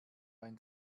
ein